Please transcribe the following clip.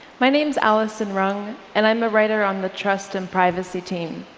my name's allison rung, and i'm a writer on the trust and privacy team.